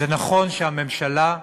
זה נכון שהממשלה,